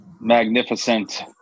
magnificent